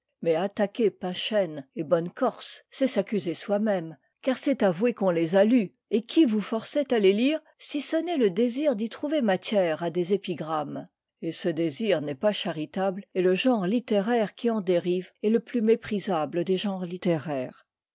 mais attaquer pinchène et bonnecorse c'est s'accuser soi-même car c'est avouer qu'on les a lus et qui vous forçait à les lire si ce n'est le désir d'y trouver matière à des épigrammes et ce désir n'est pas charitable et le genre littéraire qui en dérive est le plus méprisable des genres littéraires